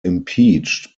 impeached